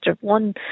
one